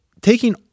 taking